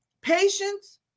patience